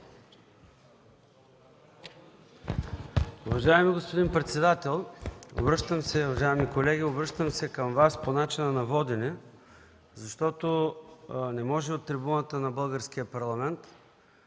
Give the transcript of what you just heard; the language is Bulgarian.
Уважаеми господин председател, уважаеми колеги! Обръщам се към Вас по начина на водене, защото не може от трибуната на Българския парламент